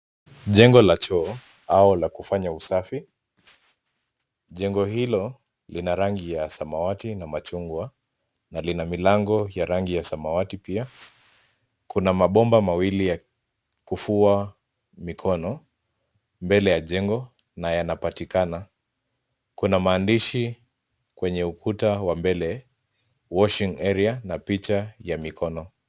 Jengo la choo au la kufanya usafi. Jengo hilo lina rangi ya samawati na machungwa na lina milango ya rangi ya samawati pia. Kuna mabomba mawili ya kufua mikono mbele ya jengo na yanapatikana. Kuna maandishi kwenye ukuta wa mbele washing area na picha ya mikono.